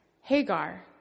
Hagar